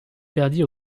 perdit